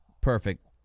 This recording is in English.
Perfect